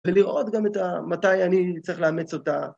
ולראות גם מתי אני צריך לאמץ אותה.